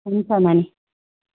हुन्छ नानी